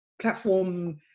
platform